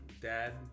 dad